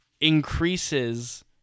increases